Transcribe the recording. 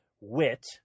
wit